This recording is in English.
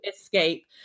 escape